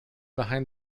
behind